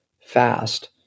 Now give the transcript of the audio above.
fast